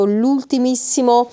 l'ultimissimo